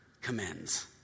commends